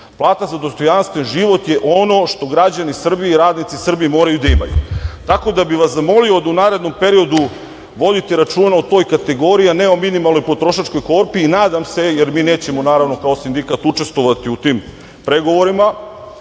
život. Plata za dostojanstven život je ono što građani Srbije i radnici Srbije moraju da imaju. Tako da bih vas zamolio da u narednom periodu vodite računa o toj kategoriji, a ne o minimalnoj potrošačkoj korpi. Nadam se, jer mi nećemo naravno kao sindikat učestvovati u tim pregovorima,